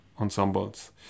ensembles